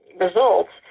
results